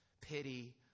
pity